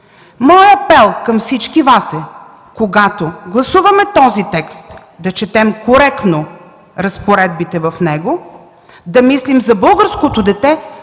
Моят апел към всички Вас е, когато гласуваме този текст, да четем коректно разпоредбите в него, да мислим за българското дете,